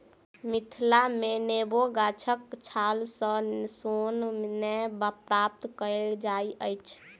मिथिला मे नेबो गाछक छाल सॅ सोन नै प्राप्त कएल जाइत अछि